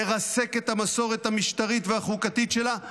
לרסק את המסורת המשטרית והחוקתית שלה.